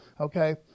okay